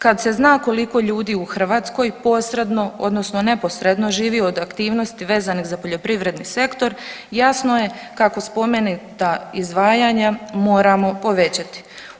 Kad se zna koliko ljudi u Hrvatskoj posredno odnosno neposredno živi od aktivnosti vezanih za poljoprivredni sektor jasno je kako spomenuta izdvajanja moramo povećati.